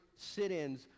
sit-ins